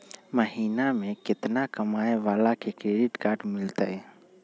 महीना में केतना कमाय वाला के क्रेडिट कार्ड मिलतै?